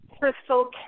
Crystal